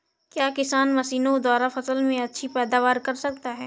क्या किसान मशीनों द्वारा फसल में अच्छी पैदावार कर सकता है?